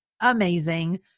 amazing